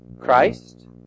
Christ